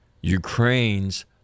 Ukraine's